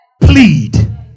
Plead